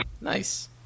Nice